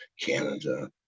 Canada